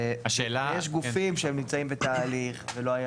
יש גופים שהם נמצאים בתהליך ולא היה